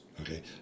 Okay